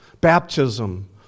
baptism